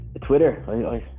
Twitter